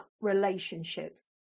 relationships